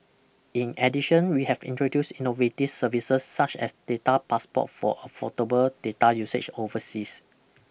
in addition we have introduced innovative services such as data passport for affordable data usage overseas